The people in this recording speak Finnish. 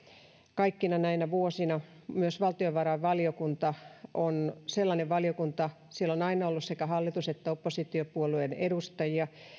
kaikkina näinä vuosina myös valtiovarainvaliokunta on ollut sellainen valiokunta että siellä on aina ollut sekä hallitus että oppositiopuolueiden edustajia